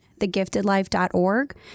thegiftedlife.org